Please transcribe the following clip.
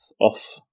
off